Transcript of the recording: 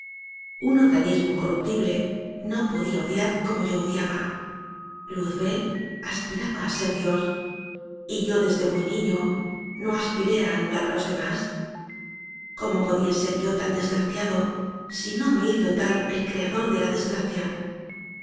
un organismo corruptible no podía odiar como yo odiaba luzbel aspiraba a ser dios y yo desde muy niño no aspiré a anular a los demás y cómo podía ser yo tan desgraciado si no me hizo tal el creador de la desgracia